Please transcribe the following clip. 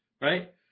right